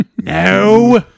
No